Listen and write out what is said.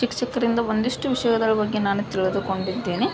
ಶಿಕ್ಷಕರಿಂದ ಒಂದಿಷ್ಟು ವಿಷಯಗಳ ಬಗ್ಗೆ ನಾನು ತಿಳಿದುಕೊಂಡಿದ್ದೇನೆ